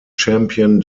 champion